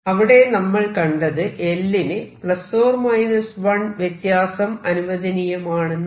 അവിടെ നമ്മൾ കണ്ടത് l നു ∓ 1 വ്യത്യാസം അനുവദനീയമാണെന്നാണ്